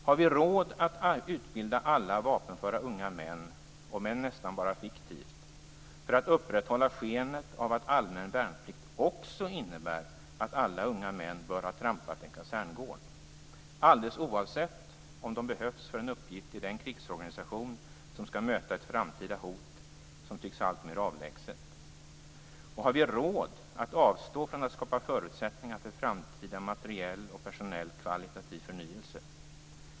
Har vi råd att utbilda alla vapenföra unga män, om än nästan enbart fiktivt, för att upprätthålla skenet av allmän värnplikt också innebär att alla unga män bör ha trampat en kaserngård alldeles oavsett om de behövs för en uppgift i den krigsorganisation som skall möta ett framtida hot som tycks alltmer avlägset? Har vi råd att avstå från att skapa förutsättningar för framtida materiell och personell kvalitativ förnyelse?